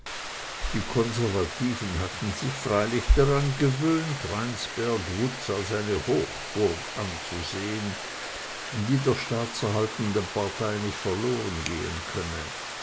die konservativen hatten sich freilich daran gewöhnt rheinsberg wutz als eine hochburg anzusehen die der staatserhaltenden partei nicht verlorengehen könne